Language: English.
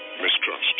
mistrust